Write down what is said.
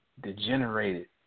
Degenerated